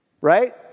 Right